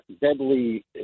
deadly